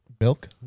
milk